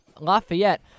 Lafayette